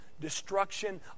destruction